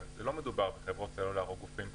אבל לא מדובר בחברות סלולר או חברות פרטיות.